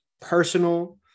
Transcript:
personal